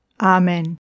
Amen